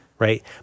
Right